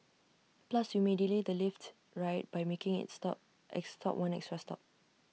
plus you may delay the lift ride by making IT stop IT stop one extra stop